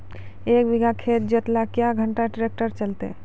एक बीघा खेत जोतना क्या घंटा ट्रैक्टर चलते?